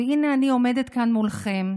והינה אני עומדת כאן מולכם,